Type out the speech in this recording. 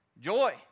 Joy